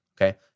okay